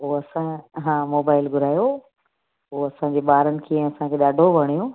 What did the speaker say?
उहो असां हा मोबाइल घुरायो हो उहो असांजे ॿारनि खे ऐं असांखे ॾाढो वणियो